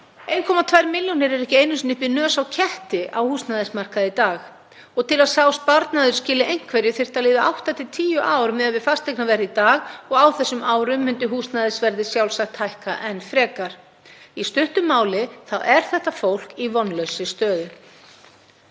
1,2 milljónir eru ekki einu sinni upp í nös á ketti á húsnæðismarkaði í dag og til að sá sparnaður skili einhverju þyrftu að líða 8–10 ár miðað við fasteignaverð í dag og á þessum árum myndi húsnæðisverðið sjálfsagt hækka enn frekar. Í stuttu máli er þetta fólk í vonlausri stöðu.